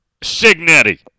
Signetti